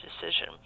decision